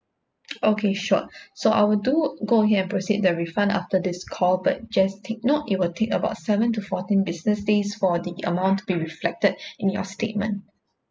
okay sure so I'll do go ahead and proceed the refund after this call but just take note it will take about seven to fourteen business days for the amount to be reflected in your statement